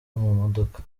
modoka